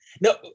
No